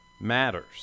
matters